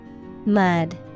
Mud